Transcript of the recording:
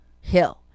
Hill